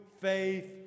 faith